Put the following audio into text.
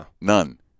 none